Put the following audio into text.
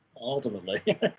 ultimately